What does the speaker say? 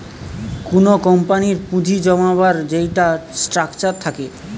কুনো কোম্পানির পুঁজি জমাবার যেইটা স্ট্রাকচার থাকে